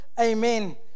amen